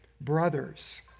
brothers